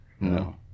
No